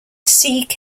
stead